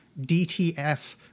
DTF